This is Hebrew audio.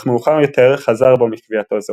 אך מאוחר יותר חזר בו מקביעתו זו.